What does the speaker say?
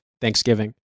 Thanksgiving